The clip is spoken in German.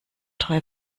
drei